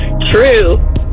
True